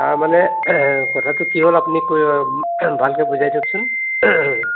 তাৰমানে কথাটো কি হ'ল আপুনি ভালকৈ বুজাই দিয়কচোন